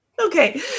Okay